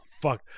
Fuck